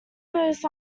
goes